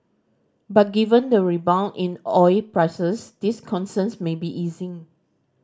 but given the rebound in oil prices these concerns may be easing